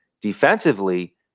Defensively